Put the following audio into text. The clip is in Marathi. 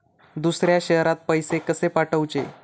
दुसऱ्या शहरात पैसे कसे पाठवूचे?